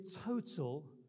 total